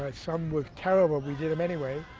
but some were terrible. we did them anyway.